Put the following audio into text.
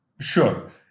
Sure